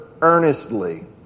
earnestly